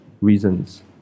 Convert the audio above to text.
reasons